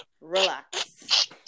relax